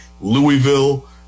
Louisville